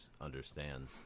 understand